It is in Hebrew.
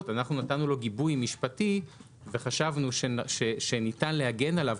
ואנחנו נתנו לו גיבוי משפטי וחשבנו שניתן להגן עליו,